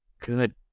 good